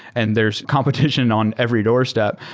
and there's competition on every doorstep.